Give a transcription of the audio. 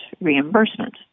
reimbursement